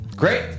Great